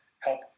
help